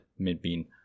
MidBean